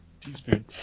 teaspoon